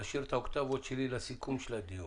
להשאיר את האוקטבות שלי לסיכום הדיון.